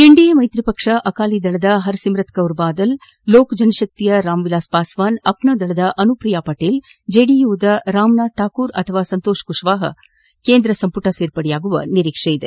NDA ಮೈತ್ರಿ ಪಕ್ಷ ಆಕಾಲಿ ದಳದ ಪರ್ಸಿಮುತ್ಕೌರ್ ಬಾದಲ್ ಲೋಕ ಜನಶಕ್ತಿಯ ರಾಮ್ ವಿಲಾಸ್ ಪಾಸ್ವಾನ್ ಅಪ್ನಾ ದಳದ ಅನುಪ್ರಿಯಾ ಪಟೇಲ್ ಜೆಡಿಯುನಿಂದ ರಾಮನಾಥ್ ಠಾಕೂರ್ ಅಥವಾ ಸಂತೋಷ್ ಕುಶ್ವಾಪ್ ಕೇಂದ್ರ ಸಂಪುಟ ಸೇರ್ಪಡೆಯಾಗುವ ನಿರೀಕ್ಷೆ ಇದೆ